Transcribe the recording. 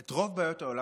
את רוב בעיות העולם